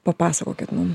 papasakokit man